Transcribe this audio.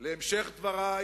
להמשך דברי